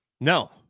No